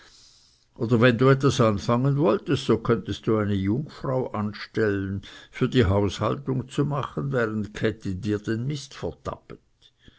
oder wenn du etwas anfangen wolltest so könntest du eine jungfrau anstellen für die haushaltung zu machen während käthi dir den